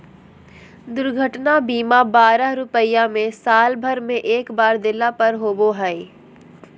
दुर्घटना बीमा बारह रुपया में साल भर में एक बार देला पर होबो हइ